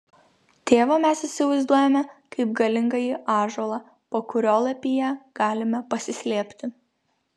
tėvą mes įsivaizduojame kaip galingąjį ąžuolą po kurio lapija galime pasislėpti